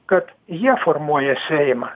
kad jie formuoja seimą